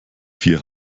vier